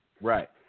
Right